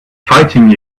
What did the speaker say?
fighting